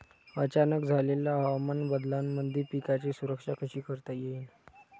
अचानक झालेल्या हवामान बदलामंदी पिकाची सुरक्षा कशी करता येईन?